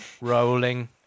rolling